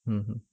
mmhmm